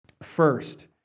first